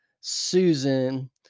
Susan